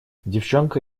девчонка